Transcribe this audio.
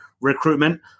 recruitment